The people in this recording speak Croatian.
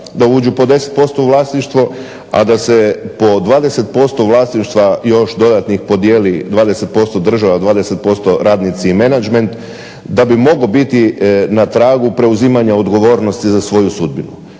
da uđu po 10% u vlasništvo, a da se po 20% vlasništva još dodatnih podijeli, 20% država, 20% radnici i menadžment da bi mogao biti na tragu preuzimanja odgovornosti za svoju sudbinu.